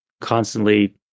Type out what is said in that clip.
constantly